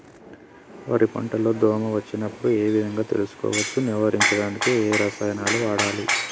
వరి పంట లో దోమ వచ్చినప్పుడు ఏ విధంగా తెలుసుకోవచ్చు? నివారించడానికి ఏ రసాయనాలు వాడాలి?